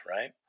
right